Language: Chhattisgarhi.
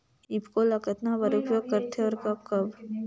ईफको ल कतना बर उपयोग करथे और कब कब?